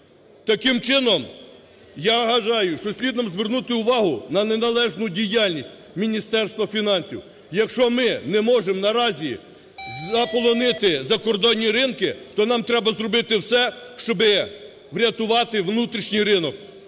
Таким чином, я вважаю, що слід нам звернути увагу на неналежну діяльність Міністерства фінансів. Якщо ми не можемо наразі заполонити закордонні ринки, то нам треба зробити все, щоби врятувати внутрішній ринок.